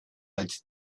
als